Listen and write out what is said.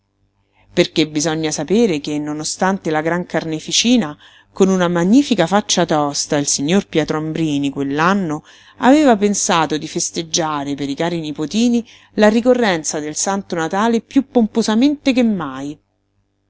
perché bisogna sapere che nonostante la gran carneficina con una magnifica faccia tosta il signor pietro ambrini quell'anno aveva pensato di festeggiare per i cari nipotini la ricorrenza del santo natale piú pomposamente che mai